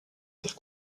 faire